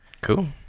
Cool